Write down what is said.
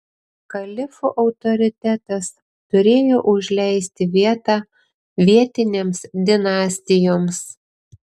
kalifų autoritetas turėjo užleisti vietą vietinėms dinastijoms